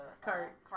cart